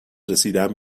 رسیدن